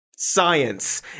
Science